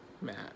Matt